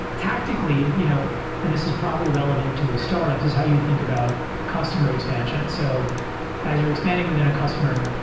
tactically you know and this is probably re levant to startups is how you think about customer expansion. so as you're expanding within a customer,